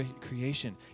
Creation